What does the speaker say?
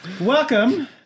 welcome